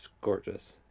gorgeous